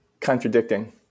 Contradicting